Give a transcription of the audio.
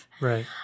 Right